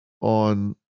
on